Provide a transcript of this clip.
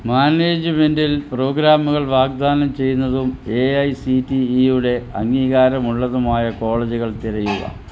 മാനേജ്മെൻറിൽ പ്രോഗ്രാമുകൾ വാഗ്ദാനം ചെയ്യുന്നതും എ ഐ സി ടി ഇയുടെ അംഗീകാരമുള്ളതുമായ കോളേജുകൾ തിരയുക